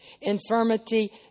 Infirmity